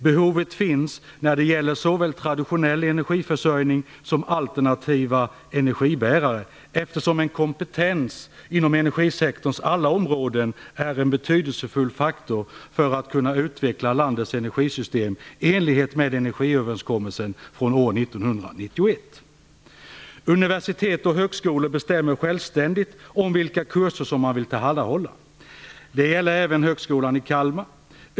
Behovet finns när det gäller såväl traditionell energiförsörjning som alternativa energibärare, eftersom en kompetens inom energisektorns alla områden är en betydelsefull faktor för att man skall kunna utveckla landets energisystem i enlighet med energiöverenskommelsen från år 1991. Universitet och högskolor bestämmer självständigt om vilka kurser som man vill tillhandahålla. Det gäller även Högskolan i Kalmar.